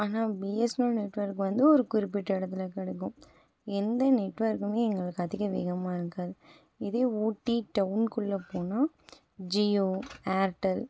ஆனால் BSNL network வந்து ஒரு குறிப்பிட்ட இ டத்துல கிடைக்கும் எந்த நெட்ஒர்க் வந்து எங்களுக்கு அதிக வேகமாக இருக்காது இதே ஊட்டி டவுன் குள்ள போனால் ஜியோ ஏர்டெல்